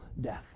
death